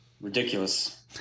Ridiculous